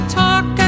talk